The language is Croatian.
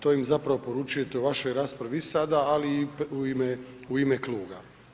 To im zapravo poručujete u vašoj raspravi i sada ali i u ime kluba.